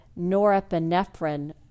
norepinephrine